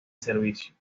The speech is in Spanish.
servicios